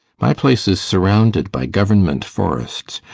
my place is surrounded by government forests.